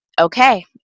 okay